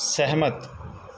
ਸਹਿਮਤ